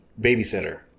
babysitter